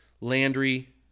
Landry